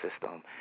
system